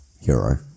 hero